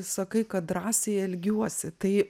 sakai kad drąsiai elgiuosi tai